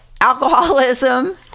alcoholism